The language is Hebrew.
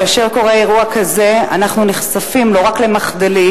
כאשר קורה אירוע כזה אנחנו נחשפים לא רק למחדלים,